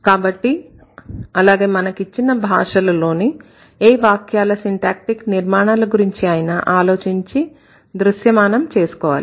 కాబట్టి అలాగే మనకిచ్చిన భాషలలోని ఏ వాక్యాల సిన్టాక్టీక్ నిర్మాణాల గురించి అయినా ఆలోచించి దృశ్యమానం చేసుకోవాలి